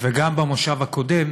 וגם במושב הקודם,